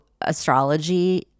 astrology